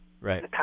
right